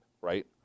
right